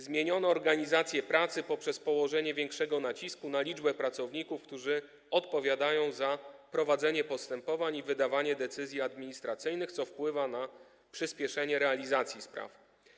Zmieniono też organizację pracy poprzez położenie większego nacisku na liczbę pracowników, którzy odpowiadają za prowadzenie takich postępowań i wydawanie decyzji administracyjnych, co wpływa na przyspieszenie realizacji spraw.